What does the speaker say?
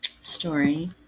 story